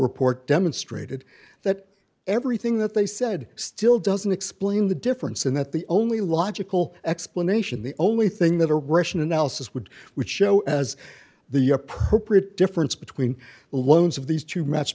report demonstrated that everything that they said still doesn't explain the difference and that the only logical explanation the only thing that a russian analysis would would show as the appropriate difference between the loans of these two match